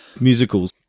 musicals